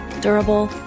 durable